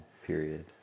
period